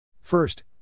First